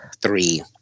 three